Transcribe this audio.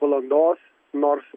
valandos nors